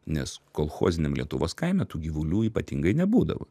nes kolchoziniam lietuvos kaime tų gyvulių ypatingai nebūdavo